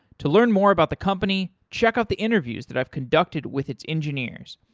to learn more about the company, check out the interviews that i've conducted with its engineers.